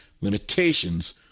Limitations